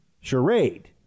charade